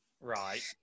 right